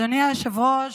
אדוני היושב-ראש,